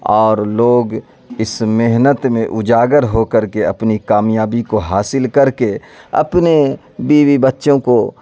اور لوگ اس محنت میں اجاگر ہو کر کے اپنی کامیابی کو حاصل کر کے اپنے بیوی بچوں کو